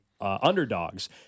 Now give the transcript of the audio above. underdogs